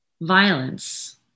violence